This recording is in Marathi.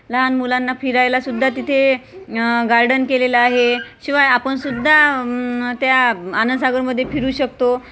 लहान मुलांना फिरायलासुद्धा तिथे गार्डन केलेलं आहे आपणसुद्धा त्या आनंदसागरमधे फिरू शकतो